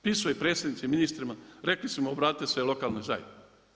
Pisao je predsjednici, ministrima, rekli su mu obratite se lokalnoj zajednici.